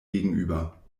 gegenüber